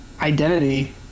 identity